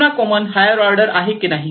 Kiruna कोमुन higher order आहे की नाही